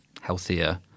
healthier